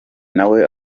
nawe